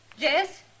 Jess